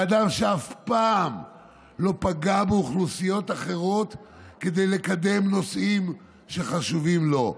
באדם שאף פעם לא פגע באוכלוסיות אחרות כדי לקדם נושאים שחשובים לו.